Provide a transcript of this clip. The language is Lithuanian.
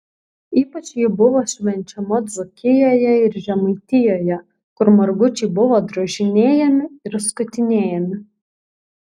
ypač ji buvo švenčiama dzūkijoje ir žemaitijoje kur margučiai buvo drožinėjami ir skutinėjami